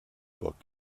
book